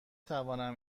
توانم